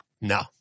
no